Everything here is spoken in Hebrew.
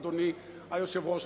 אדוני היושב-ראש.